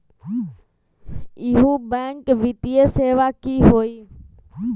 इहु बैंक वित्तीय सेवा की होई?